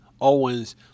Owens